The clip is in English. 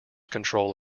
control